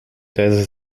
tijdens